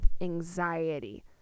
anxiety